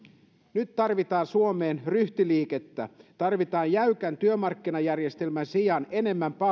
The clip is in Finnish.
nyt tarvitaan suomeen ryhtiliikettä tarvitaan jäykän työmarkkinajärjestelmän sijaan enemmän